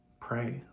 pray